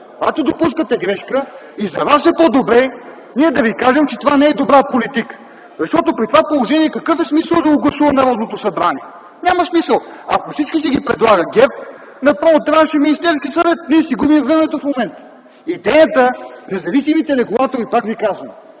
допускате грешка, и за вас е по-добре ние да ви кажем, че това не е добра политика. Защото при това положение какъв е смисълът да го гласува Народното събрание? Няма смисъл, ако всички си ги предлага ГЕРБ. Направо трябваше Министерският съвет. Ние си губим времето в момента. Идеята независимите регулатори, пак ви казвам,